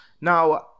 Now